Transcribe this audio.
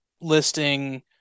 listing